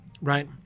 right